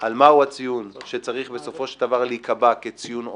על מהו הציון שצריך בסופו של דבר להיקבע כציון עובר,